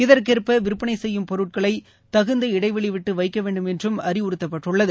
இதர்கேர்ப விற்பனை செய்யும் பொருட்களை தகுந்த இடைவெளி விட்டு வைக்க வேண்டும் என்றும் அறிவறுத்தப்பட்டுள்ளது